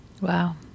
Wow